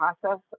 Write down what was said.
process